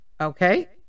Okay